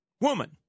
Woman